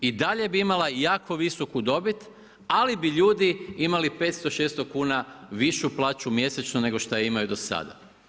I dalje bi imala jako visoku dobit, ali bi ljudi imali 500, 600 kn višu plaću mjesečno nego što je imaju do sada.